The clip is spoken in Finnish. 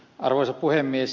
arvoisa puhemies